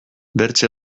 bertze